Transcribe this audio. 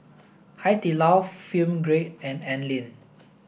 Hai Di Lao Film Grade and Anlene